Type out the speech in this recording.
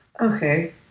Okay